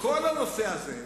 כל הנושא הזה,